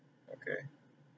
okay